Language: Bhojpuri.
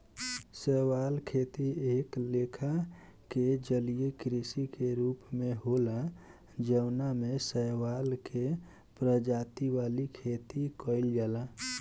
शैवाल खेती एक लेखा के जलीय कृषि के रूप होला जवना में शैवाल के प्रजाति वाला खेती कइल जाला